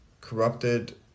corrupted